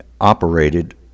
operated